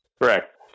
Correct